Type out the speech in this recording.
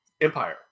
Empire